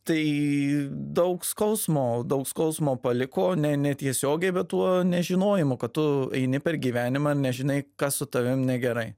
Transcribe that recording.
tai daug skausmo daug skausmo paliko ne netiesiogiai bet tuo nežinojimu kad tu eini per gyvenimą nežinai kas su tavim negerai